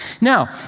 Now